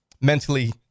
mentally